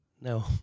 No